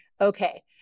okay